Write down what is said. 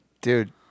Dude